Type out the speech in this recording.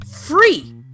Free